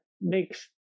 makes